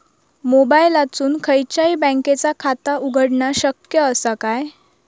मोबाईलातसून खयच्याई बँकेचा खाता उघडणा शक्य असा काय?